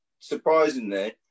Surprisingly